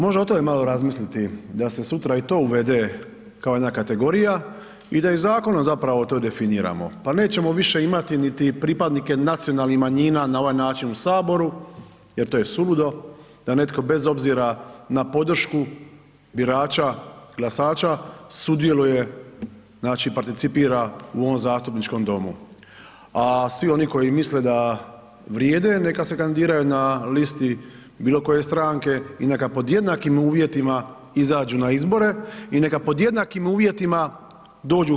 Možemo o tome malo razmisliti da se sutra i to uvede kao jedna kategorija i da i zakonom zapravo to definiramo, pa nećemo više imati niti pripadnike nacionalni manjina na ovaj način u saboru jer to je suludo da netko bez obzira na podršku birača glasača sudjeluje, znači participira u ovom zastupničkom domu, a svi oni koji misle da vrijede neka se kandidiraju na listi bilo koje stranke i neka pod jednakim uvjetima izađu na izbore i neka pod jednakim uvjetima dođu u HS.